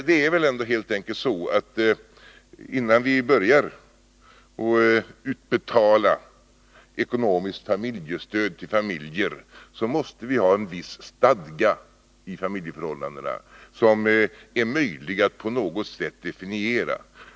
Det är väl helt enkelt så, att innan vi börjar utbetala ekonomiskt familjestöd till familjer måste det vara en viss stadga i familjeförhållandena, så att de är möjliga att definiera på något sätt.